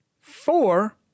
four